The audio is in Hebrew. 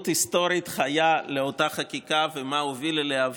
היסטורית חיה לאותה חקיקה ולמה הוביל אליה,